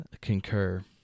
concur